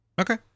okay